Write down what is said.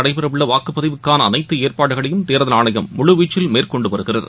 நடைபெறவுள்ளவாக்குப்பதிவுக்கானஅனைத்துஏற்பாடுகளையும் தேர்தல் ஆணையம் முழுவீச்சில் மேற்கொண்டுவருகிறது